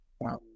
Wow